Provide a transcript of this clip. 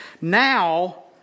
now